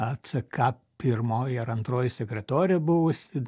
ar ck pirmoji ar antroji sekretorė buvusi